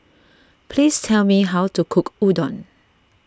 please tell me how to cook Udon